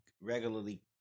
regularly